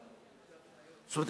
זאת אומרת,